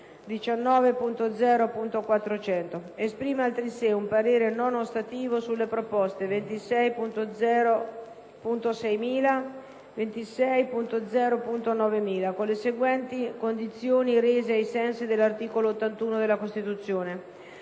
19.0.400. Esprime altresì un parere non ostativo sulle proposte 26.0.6000 e 26.0.9000, con le seguenti condizioni, rese ai sensi dell'articolo 81 della Costituzione: